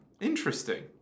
interesting